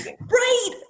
Right